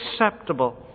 acceptable